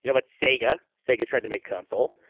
you know but sega sega tried to make console